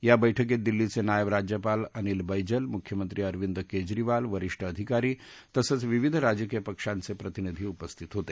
या बैठकीत दिल्लीचे नायब राज्यपाल अनिल बैजल मुख्यमंत्री अरविंद केजरीवाल वरीष्ठ अधिकारी तसंच विविध राजकीय पक्षांचे प्रतिनिधी उपस्थित होते